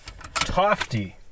Tofty